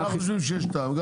אנחנו חושבים שיש טעם.